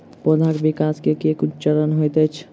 पौधाक विकास केँ केँ कुन चरण हएत अछि?